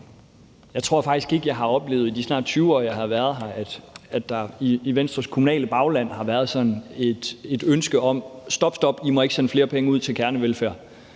Jeg tror faktisk ikke, at jeg har oplevet i de snart 20 år, jeg har været her, at der i Venstres kommunale bagland har været sådan et ønske om: Stop, stop, I må ikke sende flere penge ud til kernevelfærd.